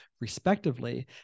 respectively